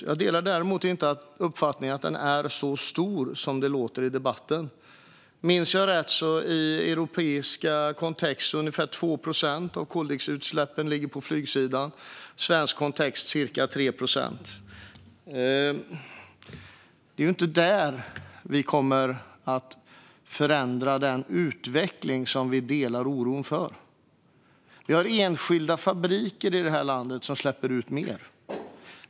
Däremot delar jag inte uppfattningen att den är så stor som det låter i debatten. Minns jag rätt ligger ungefär 2 procent av koldioxidutsläppen i europeisk kontext på flygsidan. I svensk kontext är det ca 3 procent. Det är ju inte där vi kommer att förändra den utveckling som vi delar oron för. I det här landet har vi enskilda fabriker som släpper ut mer.